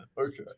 Okay